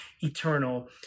eternal